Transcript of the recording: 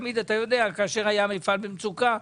אתה יודע שכאשר היה מפעל במצוקה,